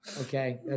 Okay